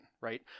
right